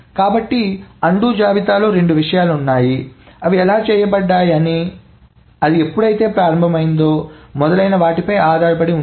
కాబట్టి అన్డు జాబితాలో రెండు విషయాలు ఉన్నాయి అవి ఎలా చేయబడతాయి అని అది ఎప్పుడు ప్రారంభమైందో మొదలైన వాటిపై ఆధారపడి ఉంటుంది